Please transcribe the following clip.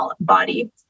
body